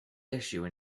issue